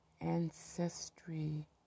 ancestry